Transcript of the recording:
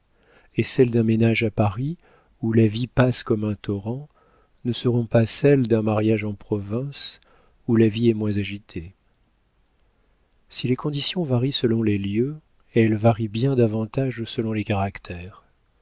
et celles d'un ménage à paris où la vie passe comme un torrent ne seront pas celles d'un mariage en province où la vie est moins agitée si les conditions varient selon les lieux elles varient bien davantage selon les caractères